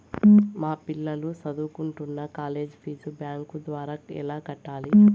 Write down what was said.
మా పిల్లలు సదువుకుంటున్న కాలేజీ ఫీజు బ్యాంకు ద్వారా ఎలా కట్టాలి?